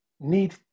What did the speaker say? Need